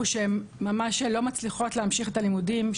שהן לא מצליחות להמשיך את הלימודים,